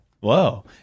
Whoa